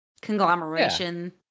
conglomeration